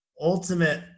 ultimate